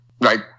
Right